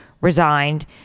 resigned